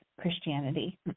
Christianity